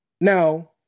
Now